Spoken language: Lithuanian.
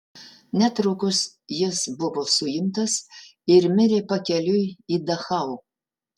netrukus jis buvo suimtas ir mirė pakeliui į dachau